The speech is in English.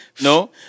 No